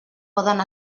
poden